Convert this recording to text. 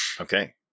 okay